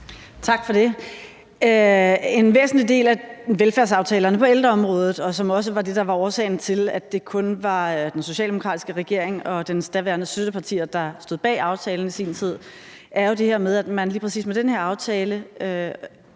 Tak for det. En væsentlig del af velfærdsaftalerne på ældreområdet og noget, som også var det, der var årsagen til, at det kun var den socialdemokratiske regering og dens daværende støttepartier, der stod bag aftalen i sin tid, er jo det her med, at man lige præcis med den her aftale